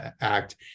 Act